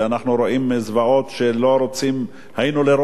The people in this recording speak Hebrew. ואנחנו רואים זוועות שלא היינו רוצים לראות,